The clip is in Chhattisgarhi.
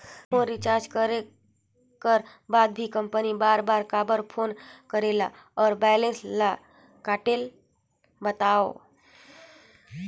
फोन रिचार्ज करे कर बाद भी कंपनी बार बार काबर फोन करेला और बैलेंस ल काटेल बतावव?